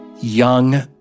young